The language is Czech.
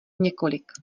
několik